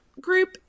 group